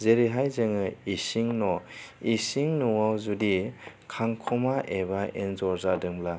जेरैहाय जोङो इसिं न' इसिं न'आव जुदि खांख'मा एबा एनजर जादोंबा